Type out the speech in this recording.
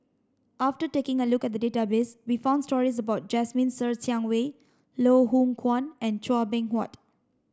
after taking a look at the database we found stories about Jasmine Ser Xiang Wei Loh Hoong Kwan and Chua Beng Huat